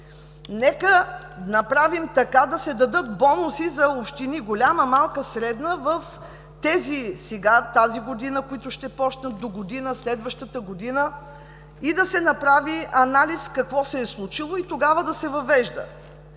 нека направим така – да се дадат бонуси за общини – голяма, малка, средна, тази година които ще започнат, догодина, следващата година и да се направи анализ какво се е случило – тогава да се въвежда.